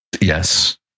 yes